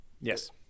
Yes